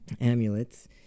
amulets